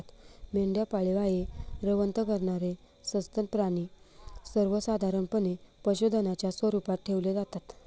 मेंढ्या पाळीव आहे, रवंथ करणारे सस्तन प्राणी सर्वसाधारणपणे पशुधनाच्या स्वरूपात ठेवले जातात